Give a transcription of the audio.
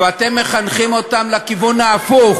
ואתם מחנכים אותם לכיוון ההפוך.